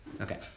Okay